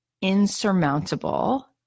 insurmountable